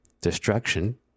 destruction